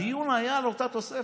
הדיון היה על אותה תוספת,